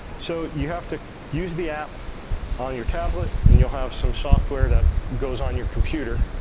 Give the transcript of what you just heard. so, you have to use the app on your tablet and you'll have some software that goes on your computer.